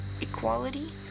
equality